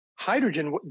Hydrogen